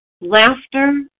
Laughter